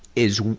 is